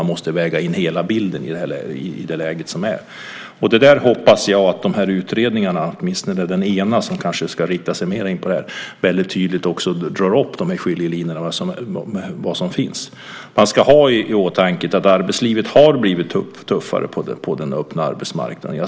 Man måste se till hela bilden. Jag hoppas att utredningarna - åtminstone den ena av dem, som ska se speciellt på detta - drar upp skiljelinjerna på ett tydligt sätt. Vi bör ha i åtanke att arbetslivet har blivit tuffare på den öppna arbetsmarknaden.